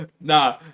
Nah